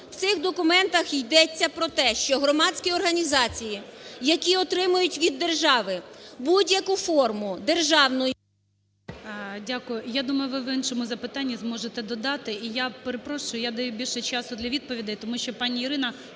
В цих документах йдеться про те, що громадські організації, які отримують від держави будь-яку форму державної…